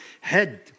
head